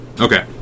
Okay